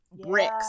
bricks